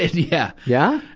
and yeah. yeah!